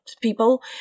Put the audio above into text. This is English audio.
people